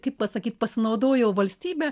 kaip pasakyt pasinaudojo valstybe